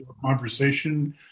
conversation